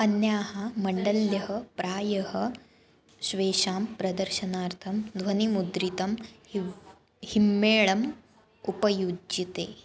अन्याः मण्डल्यः प्रायः स्वेषां प्रदर्शनार्थं ध्वनिमुद्रितं हिव् हिम्मेलम् उपयुज्यते